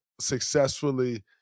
successfully